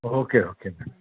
okay okay madam